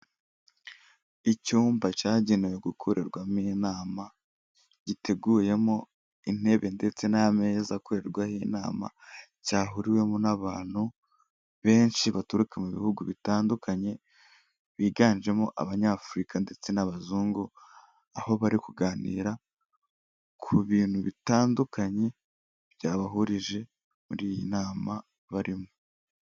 Icyumba cyagenewe gukorerwamo inama, giteguyemo intebe ndetse n'ameza akorerwaho inama, cyahuriwemo n'abantu benshi baturuka mu bihugu bitandukanye biganjemo abanyafurika ndetse n'abazungu, aho bari kuganira ku bintu bitandukanye byabahurije muri iyi nama barimo.